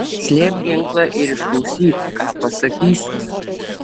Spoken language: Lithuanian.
slėpk ginklą ir išklausyk ką pasakysiu